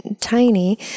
tiny